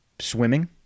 swimming